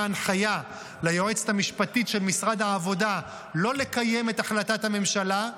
הנחיה ליועצת המשפטית של משרד העבודה לא לקיים את החלטת הממשלה.